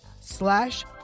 slash